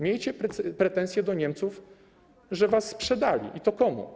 Miejcie pretensję do Niemców, że was sprzedali, i to komu?